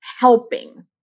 helping